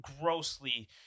grossly